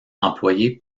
employée